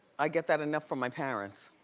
i get that enough from my parents.